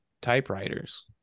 typewriters